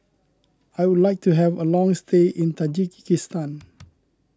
I would like to have a long stay in Tajikistan